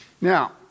Now